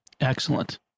Excellent